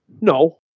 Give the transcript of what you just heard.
No